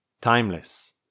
timeless